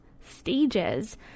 stages